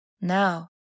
Now